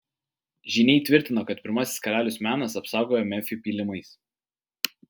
žyniai tvirtino kad pirmasis karalius menas apsaugojo memfį pylimais